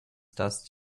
dust